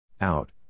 Out